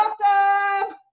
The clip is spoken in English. Welcome